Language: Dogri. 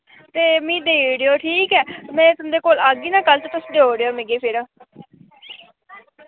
ते मी देई ओड़ेओ ठीक ऐ में तुं'दे कोल आगी ना कल ते तुस देई ओड़ेओ मिगी फिर